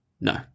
No